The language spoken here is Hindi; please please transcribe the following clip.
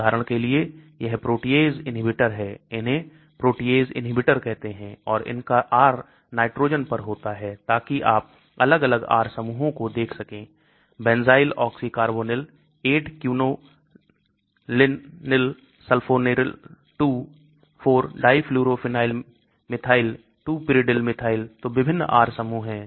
उदाहरण के लिए यह protease inhibitor है इन्हें protease inhibitor कहते हैं और इनका R नाइट्रोजन पर होता है ताकि आप अलग अलग R समूहों को देख सकें benzyloxycarbonyl 8 quinolinylsulphonyl 2 4 diflurophenylmethyl 2 pyridyl methyl तो विभिन्न R समूह हैं